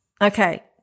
okay